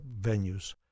venues